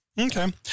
Okay